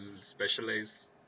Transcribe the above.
specialize